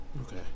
okay